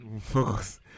focus